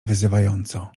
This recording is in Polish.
wyzywająco